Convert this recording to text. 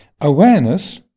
Awareness